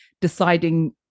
deciding